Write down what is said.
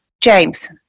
James